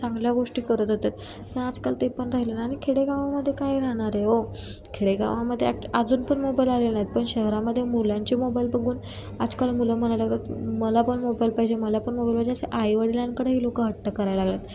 चांगल्या गोष्टी करत होते तर आजकाल ते पण राहिले ना आणि खेडेगावामध्ये काही राहणारे हो खेडेगावामध्ये ॲक्ट अजून पण मोबाईल आले नाही आहेत पण शहरामध्ये मुलांचे मोबाईल बघून आजकाल मुलं म्हणायला लागतात मला पण मोबाईल पाहिजे मला पण मोबाईल पाहिजे असे आईवडिलांकडेही लोकं हट्ट करायला लागतात